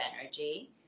energy